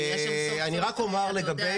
אפילו בני מסכים בשתיקה.